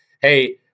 hey